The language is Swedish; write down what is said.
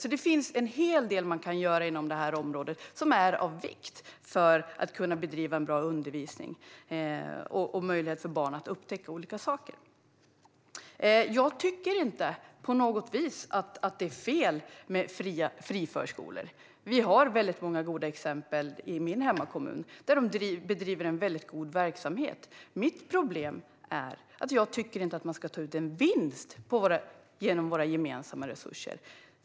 Inom det här området kan man göra en hel del som är av vikt för att kunna bedriva en bra undervisning och ge möjlighet för barn att upptäcka olika saker. Jag tycker inte på något vis att det är fel med friförskolor. Vi har väldigt många goda exempel i min hemkommun. De bedriver en väldigt god verksamhet. Mitt problem är att jag inte tycker att man ska ta ut vinst genom våra gemensamma resurser.